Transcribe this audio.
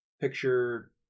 Picture